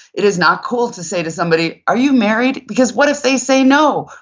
it is not cool to say to somebody are you married? because what if they say no?